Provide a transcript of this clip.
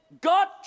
God